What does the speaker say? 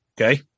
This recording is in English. Okay